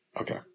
Okay